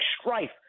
Strife